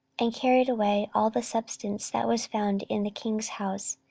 and carried away all the substance that was found in the king's house,